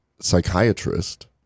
psychiatrist